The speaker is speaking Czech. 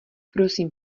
prosím